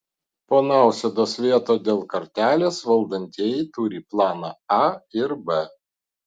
po nausėdos veto dėl kartelės valdantieji turi planą a ir b